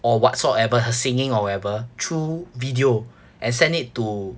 or whatsoever her singing or whatever through video and send it to